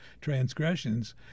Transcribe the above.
transgressions